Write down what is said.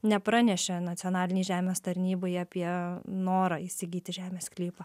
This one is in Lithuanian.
nepranešė nacionalinei žemės tarnybai apie norą įsigyti žemės sklypą